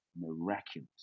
miraculous